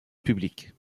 publique